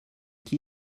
qui